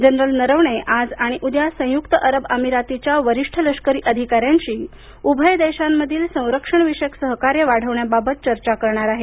general Naravane आज आणि उद्या संयुक्त अरब अमिरातीच्या वरिष्ठ लष्करी अधिकाऱ्यांशी उभय देशांमधील संरक्षणविषयक सहकार्य वाढवण्याबाबत चर्चा करणार आहेत